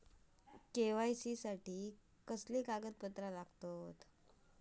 KYC साठी कसली कागदपत्र लागतत?